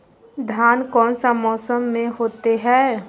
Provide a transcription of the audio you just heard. धान कौन सा मौसम में होते है?